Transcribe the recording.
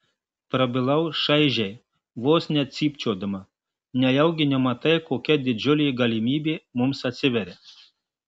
prabilau šaižiai vos ne cypčiodama nejaugi nematai kokia didžiulė galimybė mums atsiveria